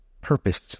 purpose